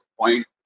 point